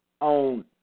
on